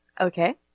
Okay